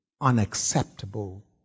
unacceptable